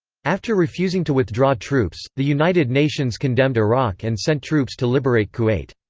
after refusing to withdraw troops, the united nations condemned iraq and sent troops to liberate kuwait.